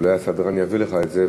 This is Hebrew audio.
אולי הסדרן יביא לך את זה,